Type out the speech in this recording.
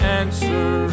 answer